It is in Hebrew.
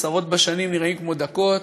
עשרות בשנים נראות כמו דקות,